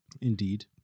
Indeed